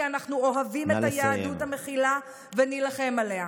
כי אנחנו אוהבים את היהדות המכילה ונילחם עליה.